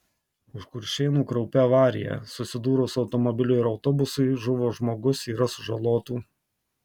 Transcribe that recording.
už kuršėnų kraupi avarija susidūrus automobiliui ir autobusui žuvo žmogus yra sužalotų